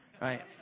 right